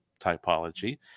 typology